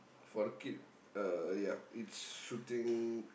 for the kid uh ya it's shooting